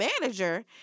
manager